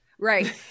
Right